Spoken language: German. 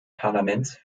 parlaments